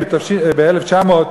תשנ"ה,